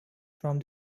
from